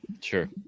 Sure